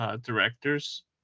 Directors